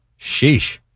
Sheesh